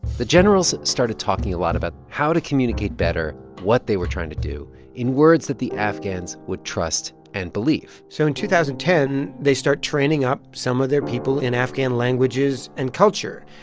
the generals started talking a lot about how to communicate better what they were trying to do in words that the afghans would trust and believe so in two thousand and ten, they start training up some of their people in afghan languages and culture.